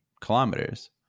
kilometers